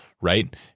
right